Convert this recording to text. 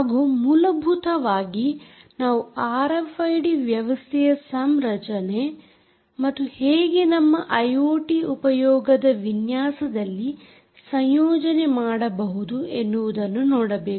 ಹಾಗೂ ಮೂಲಭೂತವಾಗಿ ನಾವು ಆರ್ಎಫ್ಐಡಿ ವ್ಯವಸ್ಥೆಯ ಸಂರಚನೆ ಮತ್ತು ಹೇಗೆ ನಮ್ಮ ಐಓಟಿ ಉಪಯೋಗದ ವಿನ್ಯಾಸದಲ್ಲಿ ಸಂಯೋಜನೆ ಮಾಡಬಹುದು ಎನ್ನುವುದನ್ನು ನೋಡಬೇಕು